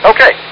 Okay